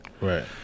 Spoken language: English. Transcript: Right